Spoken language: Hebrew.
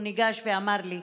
הוא ניגש ואמר לי: